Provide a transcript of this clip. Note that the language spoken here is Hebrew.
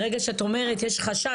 ברגע שאת אומרת יש חשש,